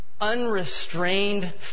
unrestrained